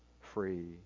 free